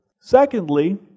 Secondly